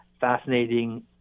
fascinating